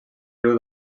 riu